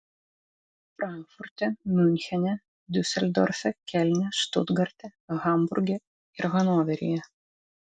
frankfurte miunchene diuseldorfe kelne štutgarte hamburge ir hanoveryje